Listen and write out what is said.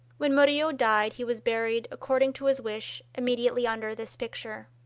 when murillo died he was buried, according to his wish, immediately under this picture.